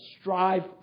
Strive